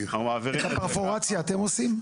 את הפרפורציה אתם עושים?